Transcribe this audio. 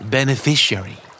Beneficiary